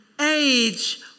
age